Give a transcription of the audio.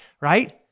right